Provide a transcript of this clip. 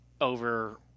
over